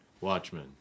Watchmen